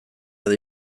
edo